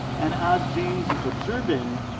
and as james is observing,